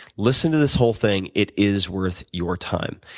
listen to this whole thing. it is worth your time.